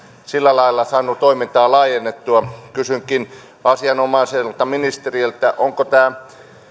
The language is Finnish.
sillä lailla saanut toimintaa laajennettua kysynkin asianomaiselta ministeriltä onko tämä